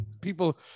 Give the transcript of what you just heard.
people